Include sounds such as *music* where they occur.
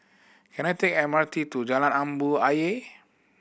can I take M R T to Jalan *unintelligible* Ayer